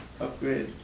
upgrade